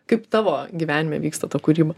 kaip tavo gyvenime vyksta ta kūryba